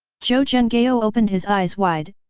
zhou zhenghao opened his eyes wide,